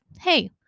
hey